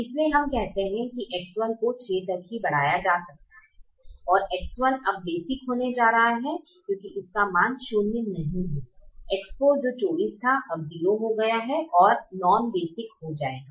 इसलिए हम कहते हैं कि X1 को 6 तक ही बढ़ाया जा सकता है और X1 अब बेसिक होने जा रहा है क्योंकि उसका मान 0 नहीं है X4 जो 24 था अब 0 हो गया है और नॉन - बेसिक हो जाएगा